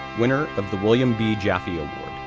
winner of the william b. jaffe and